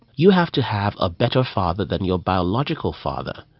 you have to have a better father than your biological father.